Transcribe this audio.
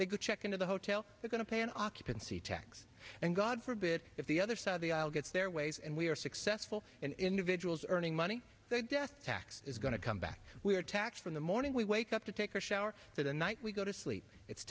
they go check into the hotel we're going to pay an occupancy tax and god forbid if the other side of the aisle gets their ways and we are successful individuals earning money the death tax is going to come back we are taxed from the morning we wake up to take a shower for the night we go to sleep it's